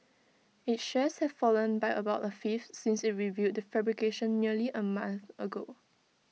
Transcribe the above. its shares have fallen by about A fifth since IT revealed the fabrication nearly A month ago